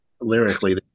lyrically